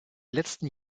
letzten